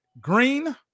Green